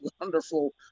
wonderful